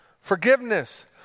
Forgiveness